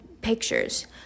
pictures